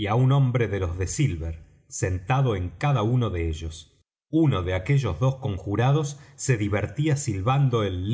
y á un hombre de los de silver sentado en cada uno de ellos uno de aquellos dos conjurados se divertía silbando el